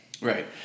right